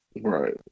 Right